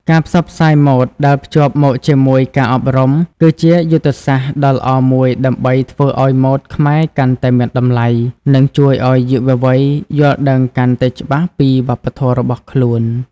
ការផ្សព្វផ្សាយម៉ូដដែលភ្ជាប់មកជាមួយការអប់រំ គឺជាយុទ្ធសាស្ត្រដ៏ល្អមួយដើម្បីធ្វើឲ្យម៉ូដខ្មែរកាន់តែមានតម្លៃ និងជួយឲ្យយុវវ័យយល់ដឹងកាន់តែច្បាស់ពីវប្បធម៌របស់ខ្លួន។